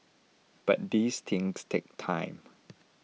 but these things take time